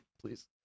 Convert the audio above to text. please